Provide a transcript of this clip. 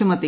ചുമത്തി